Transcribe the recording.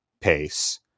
pace